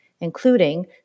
including